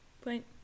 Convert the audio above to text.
point